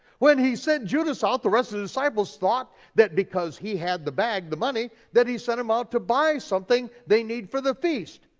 when he sent judah south, the rest of his disciples thought that because he had the bag, the money, that he sent him out to buy something they need for the feast.